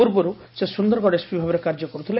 ପୂର୍ବରୁ ସେ ସୁନ୍ଦରଗଡ଼ ଏସ୍ପି ଭାବେ କାର୍ଯ୍ୟ କରୁଥିଲେ